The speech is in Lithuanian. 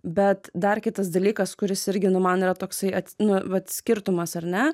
bet dar kitas dalykas kuris irgi nu man yra toksai nu vat skirtumas ar ne